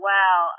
Wow